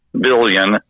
billion